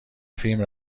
فیلم